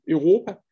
Europa